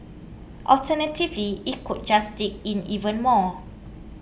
alternatively it could just dig in even more